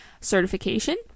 certification